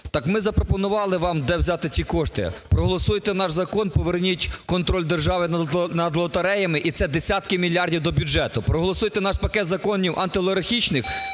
Так ми запропонували вам, де взяти ці кошти. Проголосуйте наш закон, поверніть контроль держави над лотереями, і це десятки мільярдів до бюджету. Проголосуйте наш пакет законів антиолігархічних,